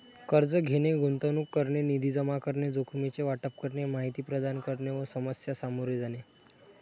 कर्ज घेणे, गुंतवणूक करणे, निधी जमा करणे, जोखमीचे वाटप करणे, माहिती प्रदान करणे व समस्या सामोरे जाणे